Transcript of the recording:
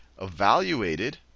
evaluated